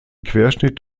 querschnitt